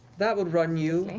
that would run you